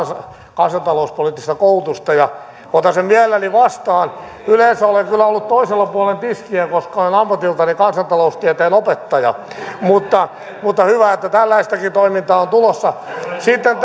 kansantalouspoliittista koulutusta ja otan sen mielelläni vastaan yleensä olen kyllä ollut toisella puolen tiskiä koska olen ammatiltani kansantaloustieteen opettaja mutta hyvä että tällaistakin toimintaa on tulossa sitten